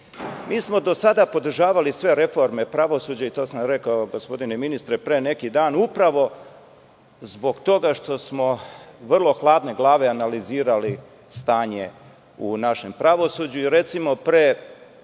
smo do sada podržavali sve reforme pravosuđa i to sam rekao, gospodine ministre, pre neki dan, upravo zbog toga što smo vrlo hladne glave analizirali stanje u našem pravosuđu. Recimo, pre